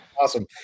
Awesome